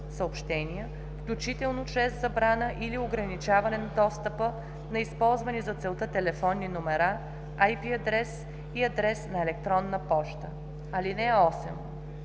обяви/съобщения, включително чрез забрана или ограничаване на достъпа на използвани за целта телефонни номера, IP адрес и адрес на електронна поща. (8)